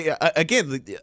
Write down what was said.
Again